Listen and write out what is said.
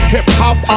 Hip-hop